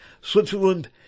Switzerland